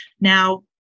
now